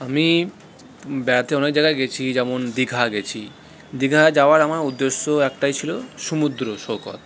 আমি বেড়াতে অনেক জায়গায় গেছি যেমন দিঘা গেছি দিঘা যাওয়ার আমার উদেশ্য একটাই ছিল সমুদ্র সৈকত